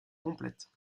complète